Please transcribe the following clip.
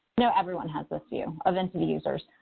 no, everyone has this view of entity users.